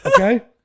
okay